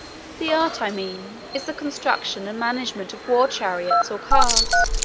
the art i mean, is the construction and management of war-chariots or cars,